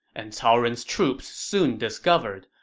and cao ren's troops soon discovered,